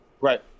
right